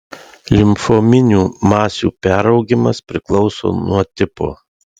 limfominių masių peraugimas priklauso nuo tipo